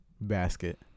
basket